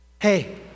Hey